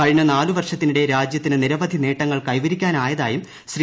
കഴിഞ്ഞ നാലു വർഷത്തിനിടെ രാജ്യത്തിന് നിരവധി നേട്ടങ്ങൾ കൈവരിക്കാനായതായും ശ്രീ